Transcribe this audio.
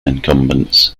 incumbents